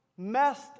Messed